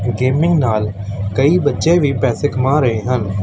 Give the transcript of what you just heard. gaming ਨਾਲ ਕਈ ਬੱਚੇ ਵੀ ਪੈਸੇ ਕਮਾ ਰਹੇ ਹਨ